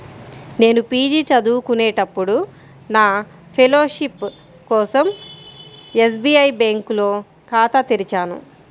నేను పీజీ చదువుకునేటప్పుడు నా ఫెలోషిప్ కోసం ఎస్బీఐ బ్యేంకులో ఖాతా తెరిచాను